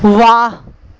वाह